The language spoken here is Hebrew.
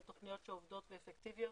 על תוכניות שעובדות ואפקטיביות,